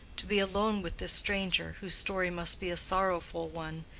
to be alone with this stranger, whose story must be a sorrowful one,